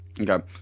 Okay